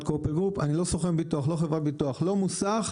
אני לא סוכן ביטוח, לא חברת ביטוח, לא מוסך,